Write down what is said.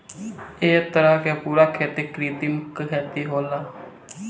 ए तरह के पूरा खेती कृत्रिम खेती होला